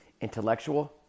intellectual